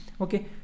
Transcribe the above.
Okay